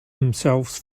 themselves